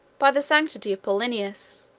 by the sanctity of paulinus,